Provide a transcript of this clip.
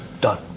Done